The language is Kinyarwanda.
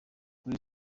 kuri